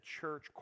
church